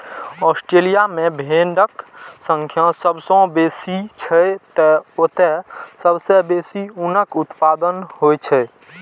Australia मे भेड़क संख्या सबसं बेसी छै, तें ओतय सबसं बेसी ऊनक उत्पादन होइ छै